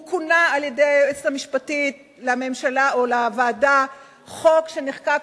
הוא כונה על-ידי היועצת המשפטית לממשלה או לוועדה: חוק שנחקק,